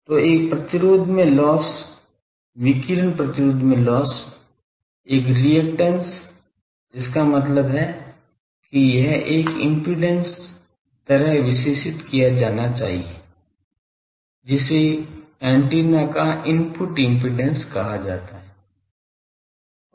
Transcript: तो एक प्रतिरोध में लॉस विकिरण प्रतिरोध में लॉस एक रिएक्टेंस इसका मतलब है कि यह एक इम्पीडेन्स तरह विशेषित किया जाना चाहिए जिसे एंटीना का इनपुट इम्पीडेन्स कहा जाता है